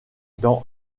dans